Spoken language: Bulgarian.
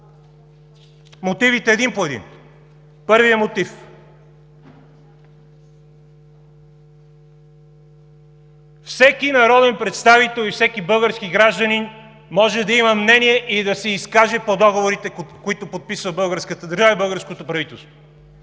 мотивите един по един. Първият мотив – всеки народен представител и всеки български гражданин може да има мнение и да се изкаже по договорите, които подписва българската държава и българското правителство.